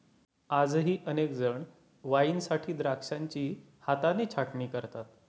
आजही अनेक जण वाईनसाठी द्राक्षांची हाताने छाटणी करतात